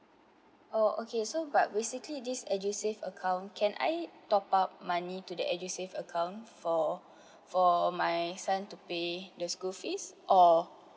oh okay so but basically this edusave account can I top up money to that edusave account for for my son to pay the school fees or